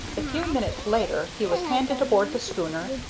a few minutes later he was handed aboard the schooner,